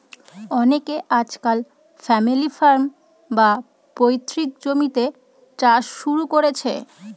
অনকে আজকাল family farm, বা পৈতৃক জমিতে চাষ শুরু করেছে